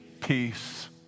Peace